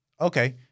okay